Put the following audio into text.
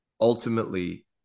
Ultimately